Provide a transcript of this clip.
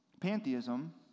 pantheism